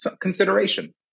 consideration